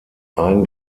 ein